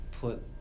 Put